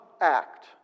act